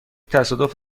تصادف